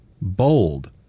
bold